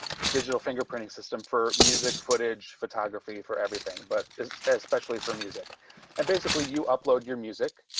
digital fingerprinting system for music footage photography for everything, but especially for music and basically you upload your music.